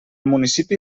municipi